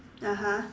(uh huh)